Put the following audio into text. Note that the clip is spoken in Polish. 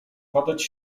padać